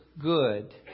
good